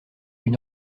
une